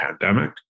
pandemic